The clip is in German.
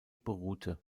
beruhte